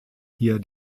hier